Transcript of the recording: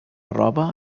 roba